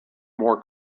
more